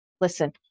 Listen